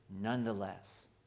nonetheless